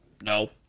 No